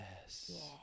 Yes